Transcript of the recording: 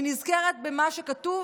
אני נזכרת במה שכתוב